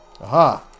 Aha